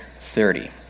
thirty